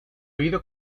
oído